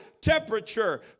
temperature